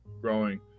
growing